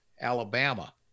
Alabama